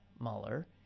Mueller